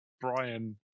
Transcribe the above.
Brian